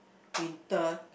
winter